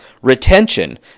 retention